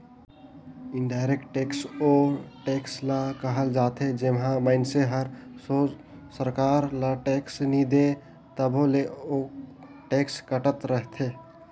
indirect tax ओ tax ल कहल जाथे जेम्हां मइनसे हर सोझ सरकार ल टेक्स नी दे तबो ले ओ टेक्स कटत रहथे